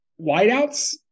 wideouts